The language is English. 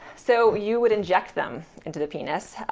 so you would inject them into the penis.